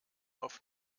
auf